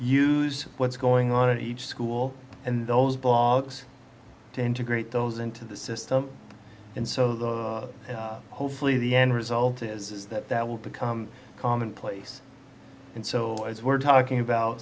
use what's going on in each school and those blogs to integrate those into the system and so hopefully the end result is that that will become commonplace and so we're talking about